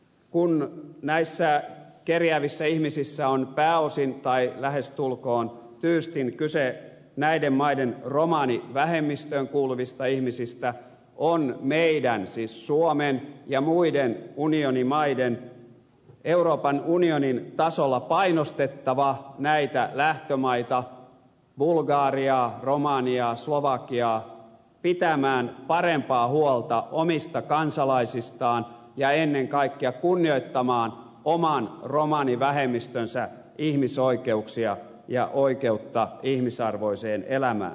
kun näissä kerjäävissä ihmisissä on pääosin tai lähestulkoon tyystin kyse näiden maiden romanivähemmistöön kuuluvista ihmisistä on meidän siis suomen ja muiden unionin maiden euroopan unionin tasolla painostettava näitä lähtömaita bulgariaa romaniaa slovakiaa pitämään parempaa huolta omista kansalaisistaan ja ennen kaikkea kunnioittamaan oman romanivähemmistönsä ihmisoikeuksia ja oikeutta ihmisarvoiseen elämään